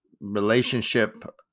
relationship